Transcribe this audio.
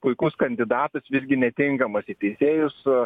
puikus kandidatas visgi netinkamas į teisėjus